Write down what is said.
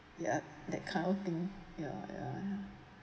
ya that kind of thing ya ya ya